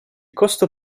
costo